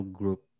group